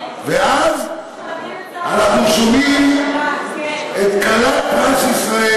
ואז אנחנו שומעים את כלת פרס ישראל,